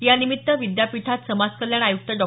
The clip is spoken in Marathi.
यानिमित्त विद्यापीठात समाज कल्याण आयुक्त डॉ